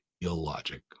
illogic